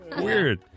Weird